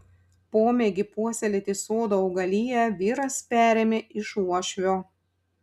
pomėgį puoselėti sodo augaliją vyras perėmė iš uošvio